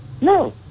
No